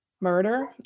murder